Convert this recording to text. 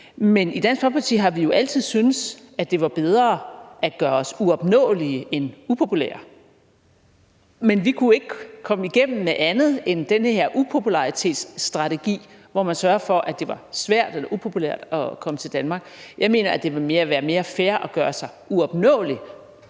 I Dansk Folkeparti har vi jo altid syntes, at det var bedre at gøre os uopnåelige end upopulære, men vi kunne ikke komme igennem med andet end den her upopularitetsstrategi, hvor man sørgede for, at det var svært eller upopulært at komme til Danmark. Jeg mener, at det ville være mere fair at gøre sig uopnåelig